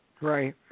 Right